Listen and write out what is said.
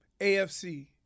AFC